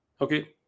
Okay